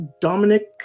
Dominic